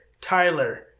Tyler